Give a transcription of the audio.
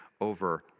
over